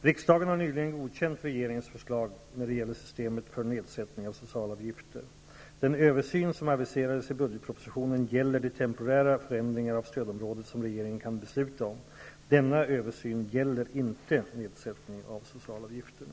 Riksdagen har nyligen godkänt regeringens förslag när det gäller systemet för nedsättning av socialavgifterna. Den översyn som aviserades i budgetpropositionen gäller de temporära förändringar av stödområdet som regeringen kan besluta om. Denna översyn gäller inte nedsättningen av socialavgifterna.